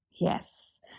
Yes